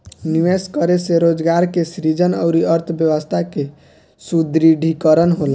निवेश करे से रोजगार के सृजन अउरी अर्थव्यस्था के सुदृढ़ीकरन होला